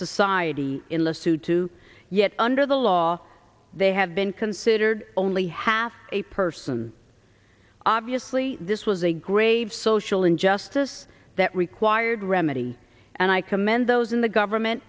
society in the suit to yet under the law they have been considered only half a person obviously this was a grave social injustice that required remedy and i commend those in the government